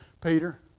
Peter